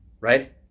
right